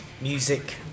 music